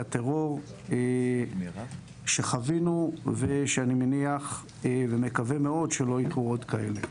הטרור שחווינו ושאני מניח ומקווה מאוד שלא יקרו עוד כאלה.